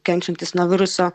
kenčiantis nuo viruso